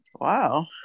wow